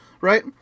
right